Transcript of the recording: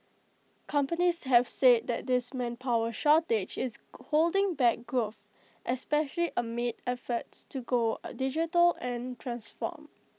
companies have said that this manpower shortage is holding back growth especially amid efforts to go A digital and transform